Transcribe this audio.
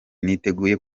niteguye